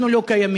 אנחנו לא קיימים,